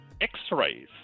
X-rays